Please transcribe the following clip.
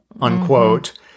unquote